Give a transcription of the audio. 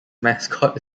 mascot